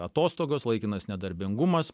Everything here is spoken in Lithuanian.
atostogos laikinas nedarbingumas